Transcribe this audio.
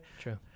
True